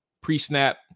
pre-snap